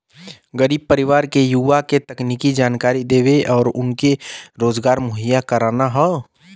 गरीब परिवार के युवा के तकनीकी जानकरी देके उनके रोजगार मुहैया कराना हौ